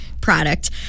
product